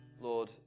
Lord